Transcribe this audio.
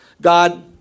God